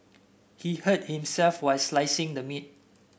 he hurt himself while slicing the meat